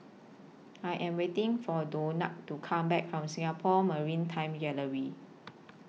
I Am waiting For Donat to Come Back from Singapore Maritime Gallery